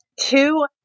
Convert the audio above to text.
two